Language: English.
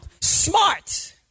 Smart